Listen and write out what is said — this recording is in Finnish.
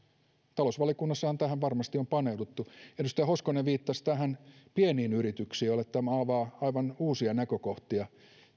talousvaliokunnassahan tähän varmasti on paneuduttu kun edustaja hoskonen viittasi pieniin yrityksiin joille tämä nyt esitettävä sijoitustili avaa aivan uusia näkökohtia